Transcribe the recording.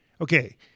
okay